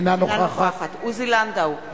אינה נוכחת עוזי לנדאו,